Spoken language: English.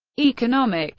economic